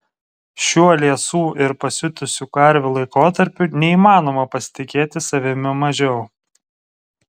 šiuo liesų ir pasiutusių karvių laikotarpiu neįmanoma pasitikėti savimi mažiau